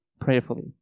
prayerfully